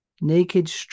naked